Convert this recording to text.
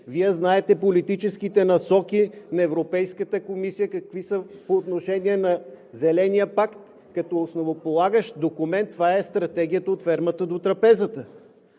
Вие знаете какви са политическите насоки на Европейската комисия по отношение на Зеления пакт. Като основополагащ документ това е стратегията „От фермата до трапезата“.